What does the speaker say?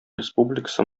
республикасы